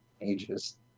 ages